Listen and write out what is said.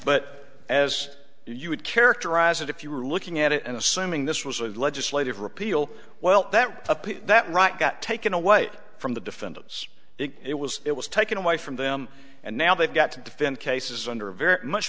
but as you would characterize it if you were looking at it and assuming this was a legislative repeal well that appears that right got taken away from the defendants it was it was taken away from them and now they've got to defend cases under a very much